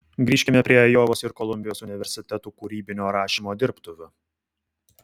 grįžkime prie ajovos ir kolumbijos universitetų kūrybinio rašymo dirbtuvių